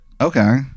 Okay